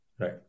Right